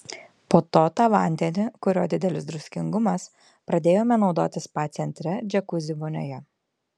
po to tą vandenį kurio didelis druskingumas pradėjome naudoti spa centre džiakuzi vonioje